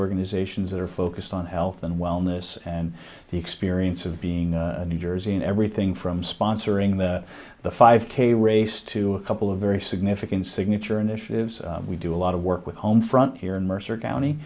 organizations that are focused on health and wellness and the experience of being new jersey and everything from sponsoring the the five k race to a couple of very significant signature initiatives we do a lot of work with home front here in mercer county